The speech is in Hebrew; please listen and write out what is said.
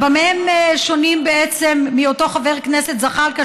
במה הם שונים בעצם מאותו חבר כנסת זחאלקה,